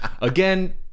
again